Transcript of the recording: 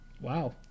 Wow